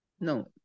No